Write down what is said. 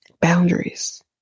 boundaries